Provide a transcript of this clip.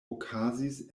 okazis